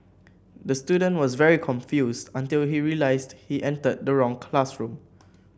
the student was very confused until he realised he entered the wrong classroom